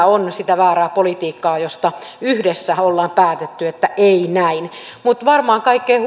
on sitä väärää politiikkaa josta yhdessä olemme päättäneet että ei näin mutta varmaan kaikkein